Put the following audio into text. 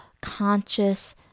conscious